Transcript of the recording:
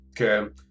Okay